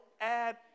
add